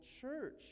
church